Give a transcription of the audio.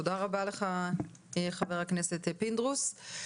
תודה רבה לך, חבר הכנסת פינדרוס.